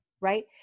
Right